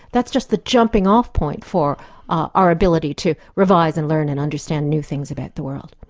that's just the jumping-off point for our ability to revise and learn and understand new things about the world.